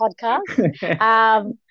podcast